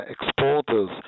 exporters